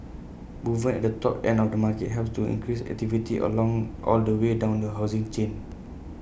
movement at the top end of the market helps to increase activity along all the way down the housing chain